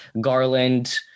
Garland